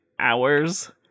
hours